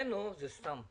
כן, נו, זה סתם.